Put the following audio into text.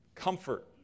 comfort